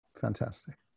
Fantastic